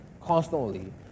constantly